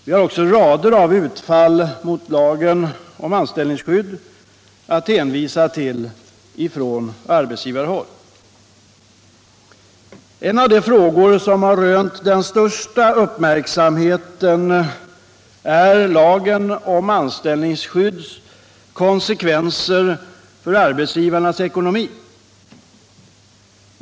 Vi har också rader av utfall från arbetsgivarhåll mot lagen om anställningstrygghet att hänvisa till. En av de frågor som har rönt den största uppmärksamheten är konsekvenserna av lagen om anställningstrygghet för arbetsgivarnas ekonomi.